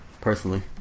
personally